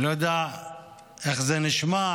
אני יודע איך זה נשמע: